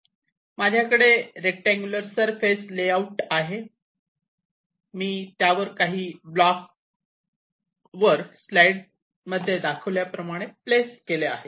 माझ्याकडे एक rectangular surface layout आहे आणि मी त्यावर काही ब्लॉक वर स्लाइडमध्ये दाखविल्याप्रमाणे प्लेस केले आहेत